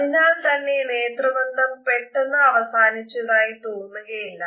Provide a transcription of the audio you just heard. അതിനാൽ തന്നെ നേത്രബന്ധം പെട്ടെന്ന് അവസാനിച്ചതായി തോന്നുകയില്ല